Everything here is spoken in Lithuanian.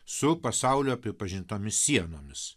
su pasaulio pripažintomis sienomis